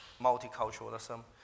multiculturalism